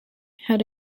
had